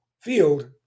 field